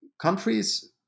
Countries